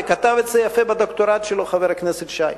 וכתב את זה יפה בדוקטורט שלו חבר הכנסת שי,